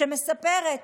שמספרת